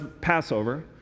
Passover